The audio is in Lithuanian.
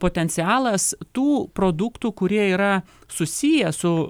potencialas tų produktų kurie yra susiję su